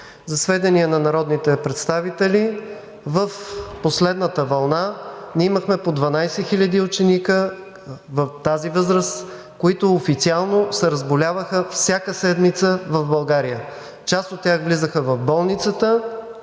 За сведение на народните представители, в последната вълна ние имахме по 12 хиляди ученици в тази възраст, които официално се разболяваха всяка седмица в България. Част от тях влизаха в болницата,